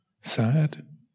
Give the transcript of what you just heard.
sad